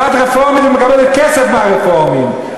ואת רפורמית ומקבלת כסף מהרפורמים,